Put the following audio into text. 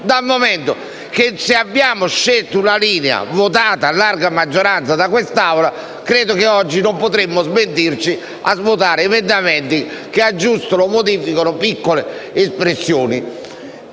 Infatti, se abbiamo scelto una linea, votata a larga maggioranza da quest'Assemblea, credo che oggi non potremmo smentirci votando emendamenti che aggiungono o modificano piccole espressioni.